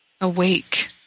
awake